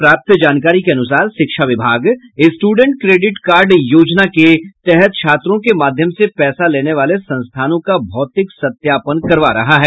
प्राप्त जानकारी के अनुसार शिक्षा विभाग स्टूडेंट क्रेडिट कार्ड योजना के तहत छात्रों के माध्यम से पैसा लेने वाले संस्थानों का भौतिक सत्यापन करवा रहा है